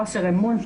חוסר אמון,